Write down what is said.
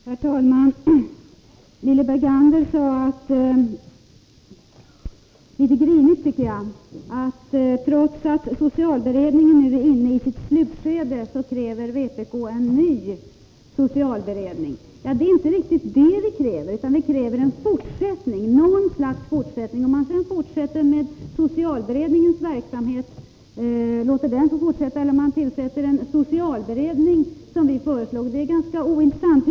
Herr talman! Lilly Bergander sade litet grinigt, tycker jag, att trots att socialberedningen nu är inne i slutskedet av sitt arbete, kräver vpk en ny socialberedning. Det är inte riktigt det vi kräver, utan vi kräver något slags fortsättning. Om man sedan låter socialberedningens verksamhet fortsätta eller tillsätter en socialdelegation, som vi föreslår, är ganska ointressant.